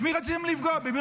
אני יוצא.